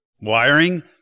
wiring